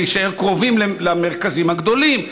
להישאר קרובים למרכזים הגדולים,